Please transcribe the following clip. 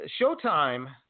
Showtime